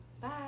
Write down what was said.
Bye